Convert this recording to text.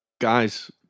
Guys